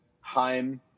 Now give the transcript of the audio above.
Heim